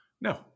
No